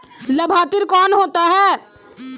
लाभार्थी कौन होता है?